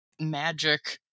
magic